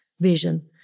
vision